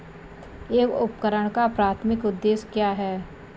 एक उपकरण का प्राथमिक उद्देश्य क्या है?